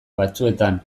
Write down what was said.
batzuetan